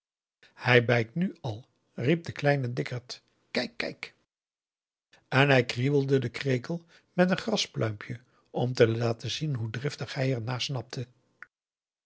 hij bijt nu al riep de kleine dikkert kijk kijk en hij krieuwelde den krekel met een graspluimpje om te laten zien hoe driftig hij er naar snapte